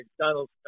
McDonald's